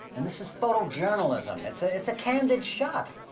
and this is photojournalism, it's ah it's a candid shot.